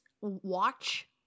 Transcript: watch